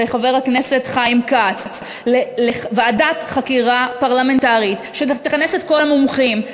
ושל חבר הכנסת חיים כץ לוועדת חקירה פרלמנטרית שתכנס את כל המומחים,